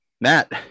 matt